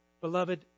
Beloved